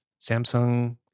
Samsung